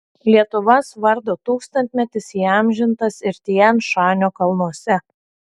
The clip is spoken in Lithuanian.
lietuvos vardo tūkstantmetis įamžintas ir tian šanio kalnuose